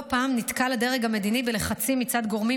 לא פעם נתקל הדרג המדיני בלחצים מצד גורמים